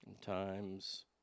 Times